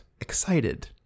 excited